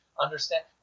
understand